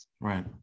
Right